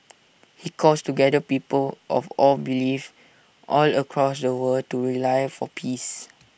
he calls together people of all beliefs all across the world to rely for peace